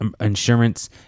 insurance